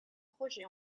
projet